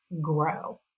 grow